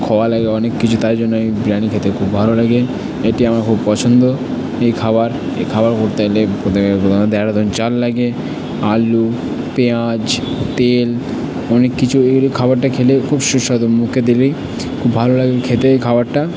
খোয়া লাগে অনেক কিছু তাই জন্য এই বিরিয়ানি খেতে খুব ভালো লাগে এটি আমার খুব পছন্দ এই খাবার এই খাবার বলতে দেরাদুন চাল লাগে আলু পেঁয়াজ তেল অনেক কিছু এগুলো খাবারটা খেলে খুব সুস্বাদু মুখে দিলেই খুব ভালো লাগে খেতে এই খাবারটা